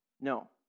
No